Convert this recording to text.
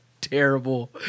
terrible